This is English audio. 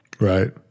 Right